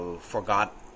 forgot